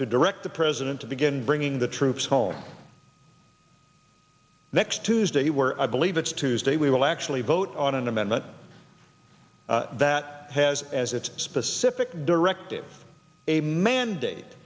to direct the president to begin bringing the troops home next tuesday where i believe it's tuesday we will actually vote on an amendment that has as its specific directive a mandate